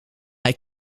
hij